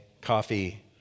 coffee